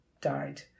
died